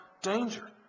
danger